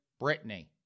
Britney